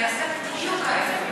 זה יעשה בדיוק ההפך.